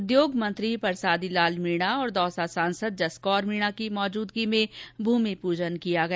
उद्योग मंत्री परसादी लाल मीणा और दौसा सांसद जसकौर मीणा की मौजूदगी में भूमि पूजन किया गया